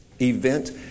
event